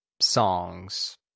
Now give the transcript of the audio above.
songs